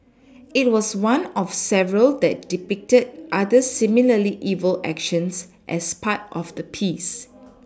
it was one of several that depicted other similarly evil actions as part of the piece